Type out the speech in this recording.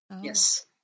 Yes